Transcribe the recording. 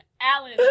Alan